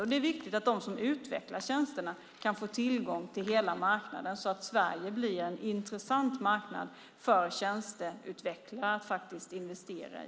Det är också viktigt att de som utvecklar tjänsterna kan få tillgång till hela marknaden, så att Sverige blir en intressant marknad för tjänsteutvecklare att investera i.